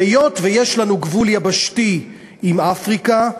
והיות שיש לנו גבול יבשתי עם אפריקה,